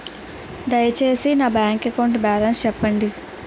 దయచేసి నా bank account balance చెప్పండి